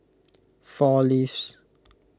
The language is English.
four Leaves